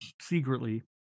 secretly